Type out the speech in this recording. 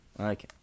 Okay